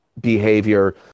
behavior